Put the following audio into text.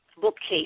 bookcase